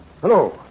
Hello